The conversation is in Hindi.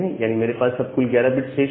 यानी मेरे पास अब कुल 11 बिट्स शेष है